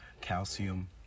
calcium